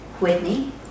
Whitney